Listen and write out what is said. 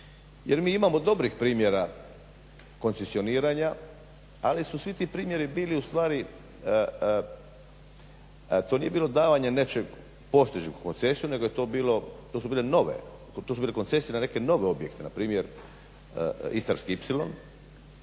Jer mi imamo dobrih primjera koncesioniranja, ali su svi ti primjeri bili ustvari, to nije bilo davanje nečeg u postojeću koncesiju, nego je to bilo, to su bile nove, to su bile koncesije na neke nove objekte, npr. Istarski ipsilon